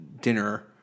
dinner